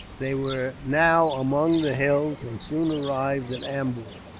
they were now among the hills, and soon arrived at ambur,